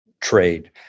trade